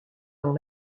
dans